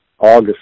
August